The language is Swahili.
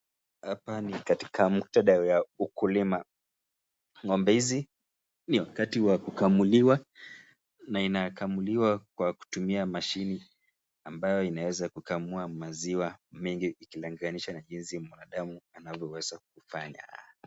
Hapa ni katika muktadha ya ukulima. Ng'ombe hizi ni wakati wa kukamuliwa na inakamuliwa kwa kutumia mashini ambayo inaweza kukamua maziwa mengi ikilanganishwa na jinsi mwanadamu anavyoweza kufanya.